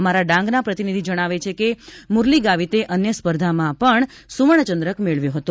અમારા ડાંગના પ્રતિનિધી જણાવે છે કે મુરલી ગાવીતે અન્ય સ્પર્ધામાં પણ સુવર્ણચંદ્રક મેળવ્યો હતો